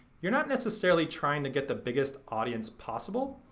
you're not necessarily trying to get the biggest audience possible,